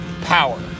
power